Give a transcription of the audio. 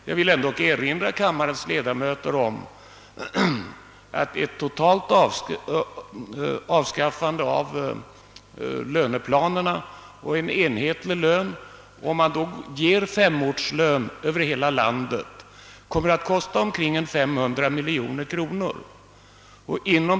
Jag vill erinra kammarens ledamöter om att ett totalt avskaffande av löneplanerna och en enhetlig lön efter dyrortsgrupp 5 över hela landet kommer att kosta omkring 500 miljoner kronor.